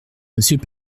monsieur